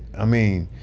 ah mean,